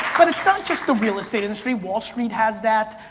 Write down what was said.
but it's not just the real estate industry, wall street has that,